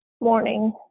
morning